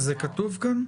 זה כתוב כאן?